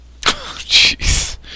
jeez